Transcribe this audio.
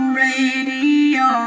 radio